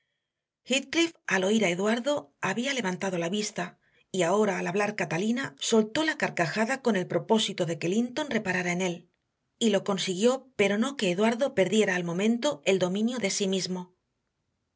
al oír a eduardo había levantado la vista y ahora al hablar catalina soltó la carcajada con el propósito de que linton reparara en él y lo consiguió pero no que eduardo perdiera al momento el dominio de sí mismo